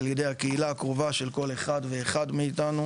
על ידי הקהילה הקרובה של כל אחד ואחד מאיתנו,